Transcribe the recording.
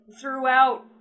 throughout